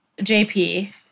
JP